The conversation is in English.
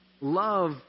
Love